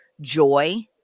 joy